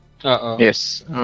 Yes